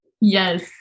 Yes